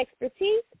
expertise